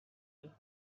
that